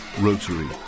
Rotary